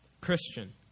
Christian